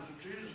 Jesus